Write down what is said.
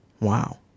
Wow